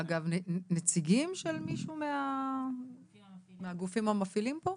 אגב, נציבים של מישהו מהגופים המפעילים פה?